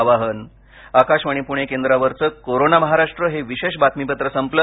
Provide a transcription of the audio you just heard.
आकाशवाणी पुणे केंद्रावरचं कोरोना महाराष्ट्र हे विशेष बातमीपत्र संपलं